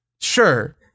Sure